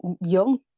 young